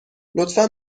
لطفا